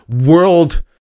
world